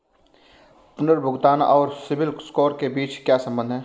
पुनर्भुगतान और CIBIL score के बीच क्या संबंध है?